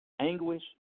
anguish